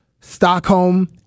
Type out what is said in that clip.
Stockholm